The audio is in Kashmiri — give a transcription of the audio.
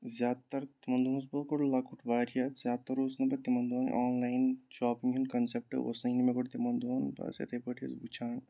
زیادٕ تَر تِمَن دۄہَن اوسُس بہٕ گۄڈٕ لَکُٹ واریاہ زیادٕ تَر اوس نہٕ بہٕ تِمَن دۄہَن آنلاین شاپِنٛگ ہُنٛد کَنسیٚپٹ اوس نہٕ یہِ نہٕ مےٚ گۄڈٕ تِمَن دۄہَن بہٕ ٲسٕس یِتھَے پٲٹھۍ ٲسۍ وٕچھان